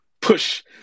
push